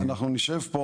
אנחנו נשב פה,